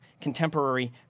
contemporary